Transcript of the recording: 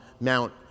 Mount